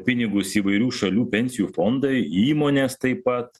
pinigus įvairių šalių pensijų fondai įmonės taip pat